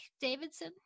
davidson